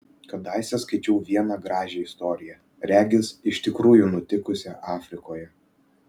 kadaise skaičiau vieną gražią istoriją regis iš tikrųjų nutikusią afrikoje